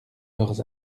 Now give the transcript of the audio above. leurs